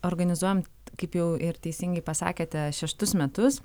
organizuojam kaip jau ir teisingai pasakėte šeštus metus